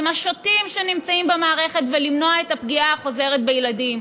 השוטים שנמצאים במערכת ולמנוע את הפגיעה החוזרת בילדים.